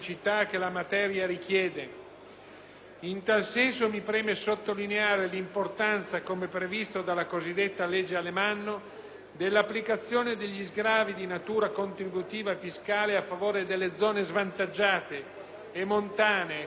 In tal senso, mi preme sottolineare l'importanza, come previsto dalla cosiddetta legge Alemanno, dell'applicazione degli sgravi di natura contributiva fiscale a favore delle zone svantaggiate e montane comprese nell'Obiettivo 1.